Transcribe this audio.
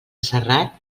serrat